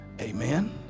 amen